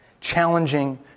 challenging